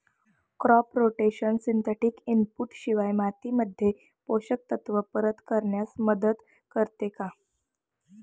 Crop rotation synthetic input शिवाय मातीमध्ये पोषक तत्त्व परत करण्यास मदत करते का?